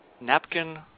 napkin